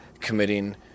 committing